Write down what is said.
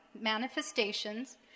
manifestations